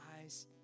eyes